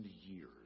years